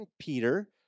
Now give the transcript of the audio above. Peter